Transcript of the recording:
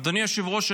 אדוני היושב-ראש,